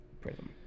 prism